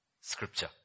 Scripture